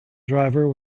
driver